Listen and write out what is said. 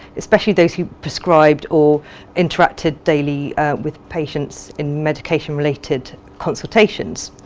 especially those who prescribed or interacted daily with patients in medication related consultations.